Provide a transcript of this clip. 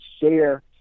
share